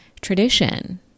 tradition